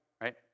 right